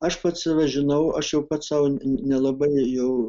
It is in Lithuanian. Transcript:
aš pats save žinau aš jau pats sau nelabai jau